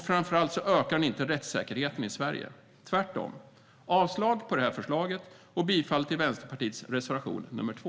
Framför allt ökar det inte rättssäkerheten i Sverige - tvärtom. Jag yrkar avslag på detta förslag och bifall till Vänsterpartiets reservation 2.